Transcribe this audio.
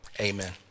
Amen